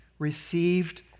Received